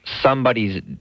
somebody's